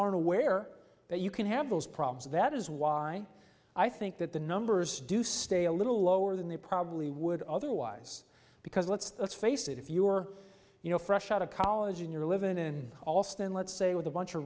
aren't aware that you can have those problems that is why i think that the numbers do stay a little lower than they probably would otherwise because let's face it if you're you know fresh out of college and you're living in allston let's say with a bunch of